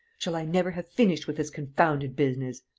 shall i never have finished with this confounded business?